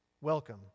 Welcome